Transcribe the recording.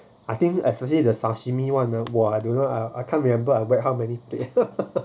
I think associate the sashimi [one] ah !wah! I don't know I I can't remember I wait how many plate